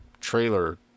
trailer